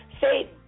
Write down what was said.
say